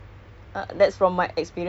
you and your